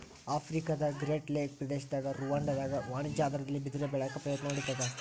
ಆಫ್ರಿಕಾದಗ್ರೇಟ್ ಲೇಕ್ ಪ್ರದೇಶದ ರುವಾಂಡಾದಾಗ ವಾಣಿಜ್ಯ ಆಧಾರದಲ್ಲಿ ಬಿದಿರ ಬೆಳ್ಯಾಕ ಪ್ರಯತ್ನ ನಡಿತಾದ